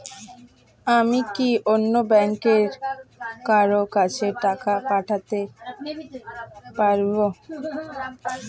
আমি কি অন্য ব্যাংকের কারো কাছে টাকা পাঠাতে পারেব?